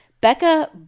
Becca